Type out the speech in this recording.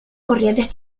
corrientes